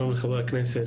שלום לחברי הכנסת,